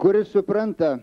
kuris supranta